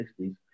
60s